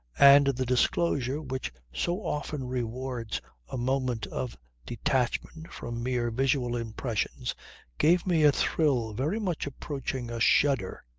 and the disclosure which so often rewards a moment of detachment from mere visual impressions gave me a thrill very much approaching a shudder.